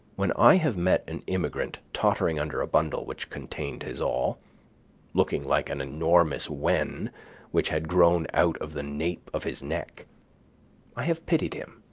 when i have met an immigrant tottering under a bundle which contained his all looking like an enormous wen which had grown out of the nape of his neck i have pitied him,